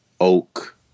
oak